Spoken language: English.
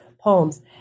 poems